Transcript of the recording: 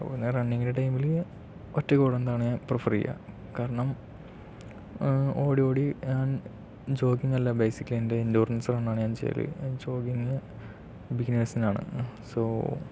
പിന്നെ റണ്ണിങ്ങിൻ്റെ ടൈമില് ഒറ്റക്കോടുന്നതാണ് ഞാനെപ്പഴും പ്രിഫറെയ്യുക കാരണം ഓടി ഓടി ജോഗിംഗ് അല്ല ബേസിക്കലി എൻ്റെ എൻഡുറൻസ് റണ്ണാണ് ഞാൻ ചെയ്യാറ് ജോഗിംഗ് ബിഗിനേഴ്സിനാണ് സോ